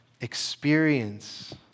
experience